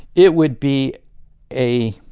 it would be a